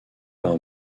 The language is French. par